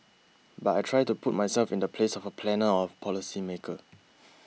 but I try to put myself in the place of a planner or a policy maker